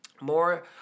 more